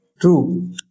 True